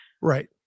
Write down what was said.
right